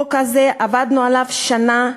החוק הזה, עבדנו עליו שנה,